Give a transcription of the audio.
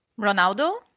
Ronaldo